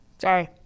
Sorry